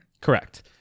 Correct